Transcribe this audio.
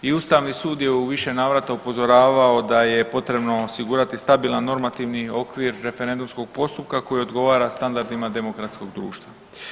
I Ustavni sud je u više navrata upozoravao da je potrebno osigurati stabilan normativni okvir referendumskog postupka koji odgovara standardima demokratskog društva.